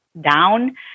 down